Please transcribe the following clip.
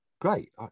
great